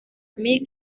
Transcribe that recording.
meek